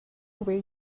way